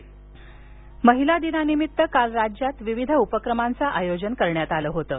महिला दिन महिला दिनानिमित्त काल राज्यात विविध उपक्रमांचं आयोजन करण्यात आलं होतं